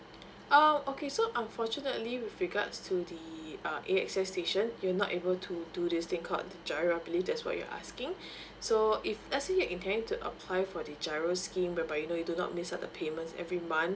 oh okay so unfortunately with regards to the uh A_X_S station you not able to do this thing called giro I believed that's what you're asking so if let's say you intend to apply for the giro scheme whereby you know you do not miss up the payment every month